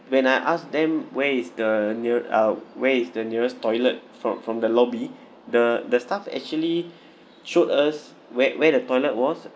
when I asked them where is the near out where is the nearest toilet from from the lobby the the staff actually showed us where where the toilet was